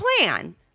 plan